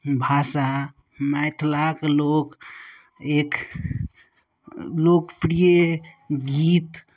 भाषा मैथिलाक लोक एक लोकप्रिय गीत